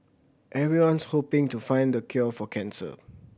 everyone's hoping to find the cure for cancer